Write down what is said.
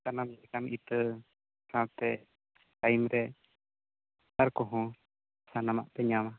ᱥᱟᱱᱟᱢ ᱞᱮᱠᱟᱱ ᱤᱛᱟᱹ ᱥᱟᱶᱛᱮ ᱴᱟᱭᱤᱢ ᱨᱮ ᱥᱟᱨ ᱠᱚᱦᱚᱸ ᱥᱟᱱᱟᱢᱟᱜ ᱯᱮ ᱧᱟᱢᱟ